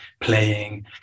playing